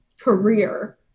career